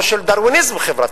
של דרוויניזם חברתי?